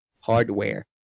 hardware